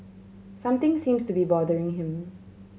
something seems to be bothering him